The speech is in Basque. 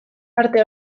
arte